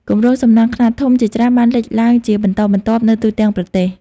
គម្រោងសំណង់ខ្នាតធំជាច្រើនបានលេចឡើងជាបន្តបន្ទាប់នៅទូទាំងប្រទេស។